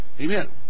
Amen